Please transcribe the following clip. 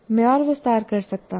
मैं और विस्तार कर सकता हूं